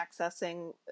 accessing